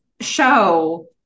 show